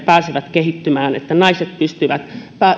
pääsevät kehittymään että naiset pystyvät